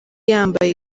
yambaye